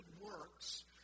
works